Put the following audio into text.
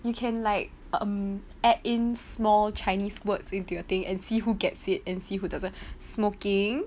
you can like um add in small chinese words into your thing and see who gets it and see who doesn't smoking